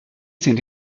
sind